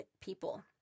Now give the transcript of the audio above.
people